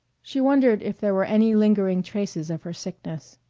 she wondered if there were any lingering traces of her sickness.